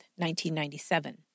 1997